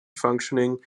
functioning